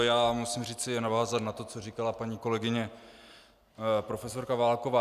Já musím říci a navázat na to, co říkala paní kolegyně profesorka Válková.